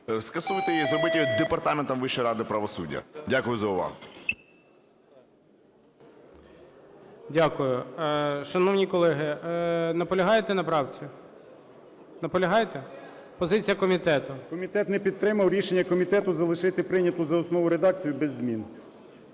скасуйте її, зробіть її департаментом Вищої ради правосуддя. Дякую за увагу. ГОЛОВУЮЧИЙ. Дякую. Шановні колеги, наполягаєте на правці? Наполягаєте? Позиція комітету. 13:58:08 БОЖИК В.І. Комітет не підтримав рішення комітету залишити прийняту за основу редакцію без змін.